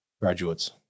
Graduates